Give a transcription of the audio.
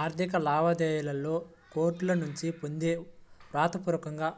ఆర్థిక లావాదేవీలలో కోర్టుల నుంచి పొందే వ్రాత పూర్వక